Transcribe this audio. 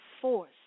force